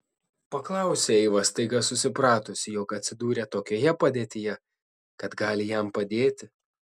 paklausė eiva staiga susipratusi jog atsidūrė tokioje padėtyje kad gali jam padėti